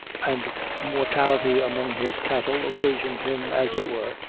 and mortality among his cattle, occasioned him, as it were,